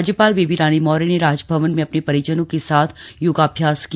राज्यपाल बेबी रानी मौर्य ने राजभवन में अपने परिजनों के साथ योगाभ्यास किया